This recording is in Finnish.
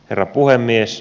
herra puhemies